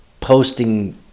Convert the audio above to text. posting